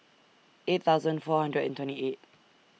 eight thousand four hundred and twenty eight